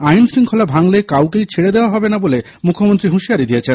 আইনশঙ্খলা ভাঙলে কাউকেই ছেড়ে দেওয়া হবে না বলে মুখ্যমন্ত্রী হুঁশিয়ারি দিয়েছেন